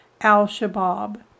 Al-Shabaab